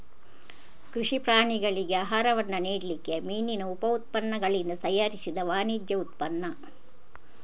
ಕೃಷಿ ಪ್ರಾಣಿಗಳಿಗೆ ಆಹಾರವನ್ನ ನೀಡ್ಲಿಕ್ಕೆ ಮೀನಿನ ಉಪ ಉತ್ಪನ್ನಗಳಿಂದ ತಯಾರಿಸಿದ ವಾಣಿಜ್ಯ ಉತ್ಪನ್ನ